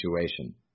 situation